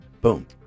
Boom